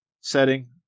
setting